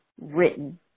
written